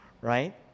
right